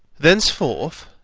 thenceforth,